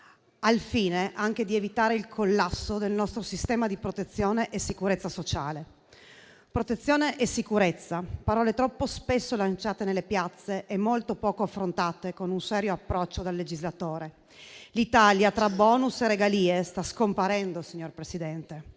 al fine di evitare il collasso del nostro sistema di protezione e sicurezza sociale. Protezione e sicurezza: parole troppo spesso lanciate nelle piazze e molto poco affrontate con un serio approccio dal legislatore. L'Italia, tra *bonus* e regalie, sta scomparendo, signor Presidente: